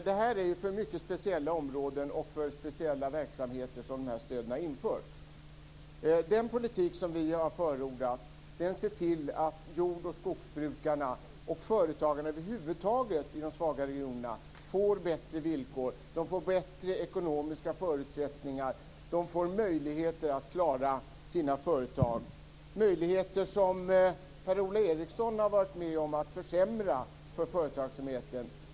Det är ju för mycket speciella områden och verksamheter som stöden har införts. Den politik som vi har förordat ser till att jord och skogsbrukarna och företagarna över huvud taget i de svagare regionerna får bättre villkor. De får bättre ekonomiska förutsättningar. De får möjligheter att klara sina företag - möjligheter som Per-Ola Eriksson har varit med om att försämra för företagsamheten.